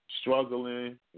Struggling